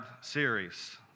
series